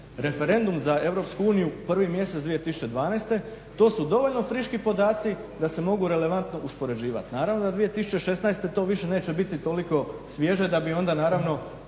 referendum za Europsku uniju 1. mjesec 2012., to su dovoljno friški podaci da se mogu relevantno uspoređivati. Naravno da 2016. to više neće biti toliko svježe da bi onda naravno